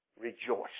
rejoice